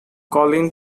colin